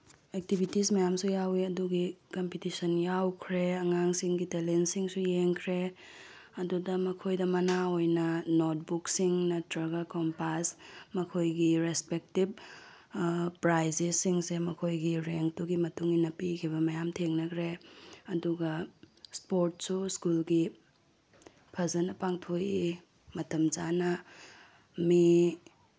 activities ꯃꯌꯥꯝꯁꯨ ꯌꯥꯎꯋꯤ ꯑꯗꯨꯒꯤ ꯀꯝꯄꯤꯇꯤꯁꯟ ꯌꯥꯎꯈ꯭ꯔꯦ ꯑꯉꯥꯡꯁꯤꯡꯒꯤ ꯇꯦꯂꯦꯟꯁꯤꯡꯁꯨ ꯌꯦꯡꯈ꯭ꯔꯦ ꯑꯗꯨꯗ ꯃꯈꯣꯏꯗ ꯃꯅꯥ ꯑꯣꯏꯅ ꯅꯣꯠ ꯕꯨꯛꯁꯤꯡ ꯅꯠꯇ꯭ꯔꯒ ꯀꯣꯝꯄꯥꯁ ꯃꯈꯣꯏꯒꯤ ꯔꯦꯁꯄꯦꯛꯇꯤꯞ ꯄ꯭ꯔꯥꯏꯖꯦꯁꯁꯤꯡꯁꯦ ꯃꯈꯣꯏꯒꯤ ꯔꯦꯡꯇꯨꯒꯤ ꯃꯇꯨꯡꯏꯟꯅ ꯄꯤꯈꯤꯕ ꯃꯌꯥꯝ ꯊꯦꯡꯅꯈ꯭ꯔꯦ ꯑꯗꯨꯒ ꯏꯁꯄꯣꯔꯠꯁꯨ ꯁ꯭ꯀꯨꯜꯒꯤ ꯐꯖꯅ ꯄꯥꯡꯊꯣꯛꯏ ꯃꯇꯝ ꯆꯥꯅ ꯃꯦ